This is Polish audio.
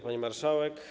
Pani Marszałek!